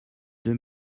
deux